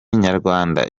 nyarwanda